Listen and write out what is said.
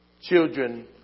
children